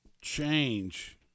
change